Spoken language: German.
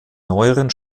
neueren